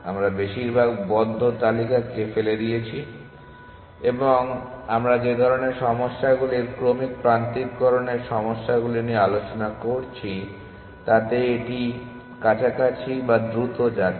আমরা বেশিরভাগ বদ্ধ তালিকাকে ফেলে দিয়েছি এবং আমরা যে ধরণের সমস্যাগুলির ক্রমিক প্রান্তিককরণের সমস্যাগুলি নিয়ে আলোচনা করেছি তাতে এটি কাছাকাছি যা দ্রুত যাচ্ছে